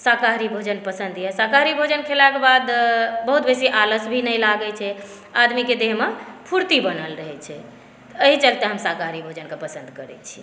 शाकाहारी भोजन पसन्द यऽ शाकाहारी भोजन खयलाके बाद बहुत बेसी आलस भी नहि लागै छै आदमीके देह मे फ़ुर्ती बनल रहै छै तऽ एहि चलते हम शाकाहारी भोजनकेँ पसन्द करै छी